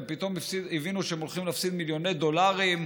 פתאום הבינו שהם הולכים להפסיד מיליוני דולרים,